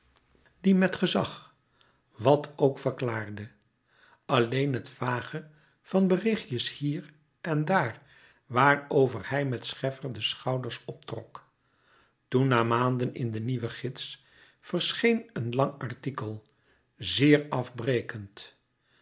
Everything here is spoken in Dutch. die met gezag wat ook verklaarde alleen het vage van berichtjes hier en daar waarover hij met scheffer de schouders optrok toen na maanden in de nieuwe gids verscheen een lang artikel zeer afbrekend